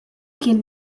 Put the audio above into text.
kien